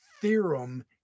theorem